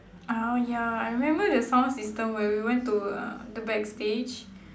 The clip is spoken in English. orh ya I remember the sound system when we went to uh the backstage